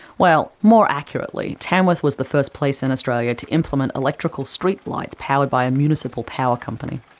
well, more accurately, tamworth was the first place in australia to implement electric ah street lights powered by a municipal power company.